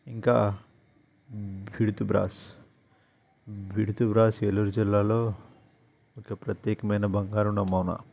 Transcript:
ఇంకా బిడ్తు బ్రాస్ బిడ్తు బ్రాస్ ఏలూరు జిల్లాలో ఒక ప్రత్యేకమైన బంగారు నమూనా